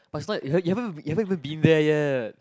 but it's not you haven't eve~ you haven't even been there yet